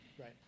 right